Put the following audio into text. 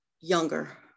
younger